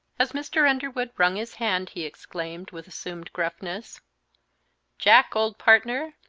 as mr. underwood wrung his hand he exclaimed, with assumed gruffness jack, old partner,